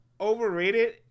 Overrated